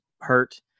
hurt